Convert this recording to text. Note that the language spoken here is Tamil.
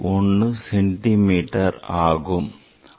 1 சென்டி மீட்டர் ஆகும்